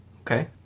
okay